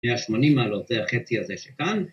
‫ב-80 מעלות זה החצי הזה שכאן.